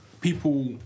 people